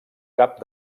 cap